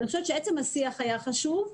עצם השיח היה חשוב.